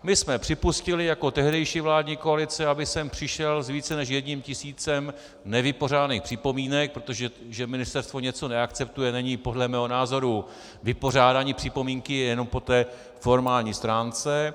My jsme připustili jako tehdejší vládní koalice, aby sem přišel s více než jedním tisícem nevypořádaných připomínek, protože to, že ministerstvo něco neakceptuje, není podle mého názoru vypořádání připomínky, je to jenom po té formální stránce.